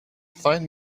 find